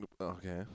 okay